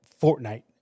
Fortnite